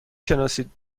شناسید